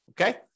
Okay